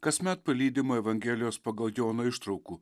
kasmet palydimą evangelijos pagal joną ištraukų